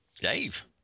Dave